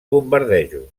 bombardejos